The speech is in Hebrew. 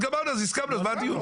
אז הסכמנו.